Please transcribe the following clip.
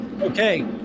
okay